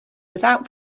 without